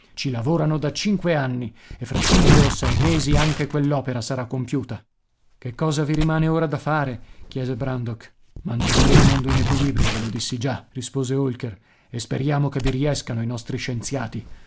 ci lavorano da cinque anni e fra cinque o sei mesi anche quell'opera sarà compiuta che cosa vi rimane ora da fare chiese brandok mantenere il mondo in equilibrio ve lo dissi già rispose holker e speriamo che vi riescano i nostri scienziati